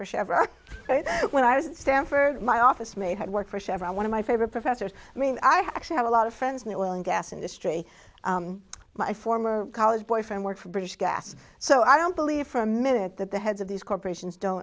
for chevron when i was at stanford my office mate had worked for chevron one of my favorite professors i mean i actually have a lot of friends mill and gas industry my former college boyfriend worked for british gas so i don't believe for a minute that the heads of these corporations don't